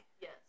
Yes